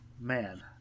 Man